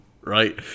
right